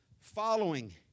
following